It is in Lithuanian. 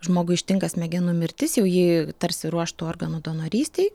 žmogų ištinka smegenų mirtis jau jį tarsi ruoštų organų donorystei